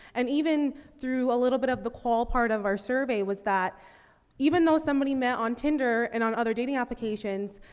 and even through a little bit of the qual part of our survey was that even though somebody met on tinder and on other dating applications,